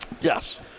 Yes